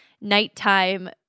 nighttime